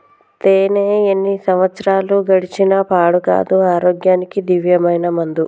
తేనే ఎన్ని సంవత్సరాలు గడిచిన పాడు కాదు, ఆరోగ్యానికి దివ్యమైన మందు